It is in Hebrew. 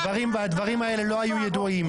והדברים האלה לא היו ידועים.